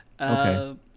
Okay